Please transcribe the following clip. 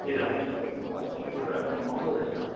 त्यही त होइन तपाईँकोमा सबै कुरा महँगो रहेछ हो